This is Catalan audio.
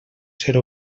ser